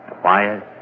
Quiet